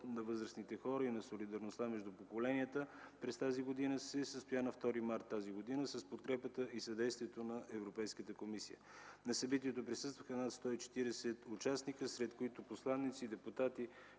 на възрастните хора и на солидарността между поколенията” през тази година се състоя на 2 март с подкрепата и съдействието на Европейската комисия. На събитието присъстваха над 140 участници, сред които посланици, депутати,